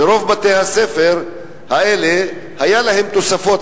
ורוב בתי-הספר האלה עשו להם תוספות,